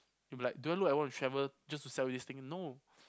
you'll be like do I look like I wanna travel just to sell you this thing no